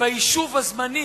ביישוב הזמני,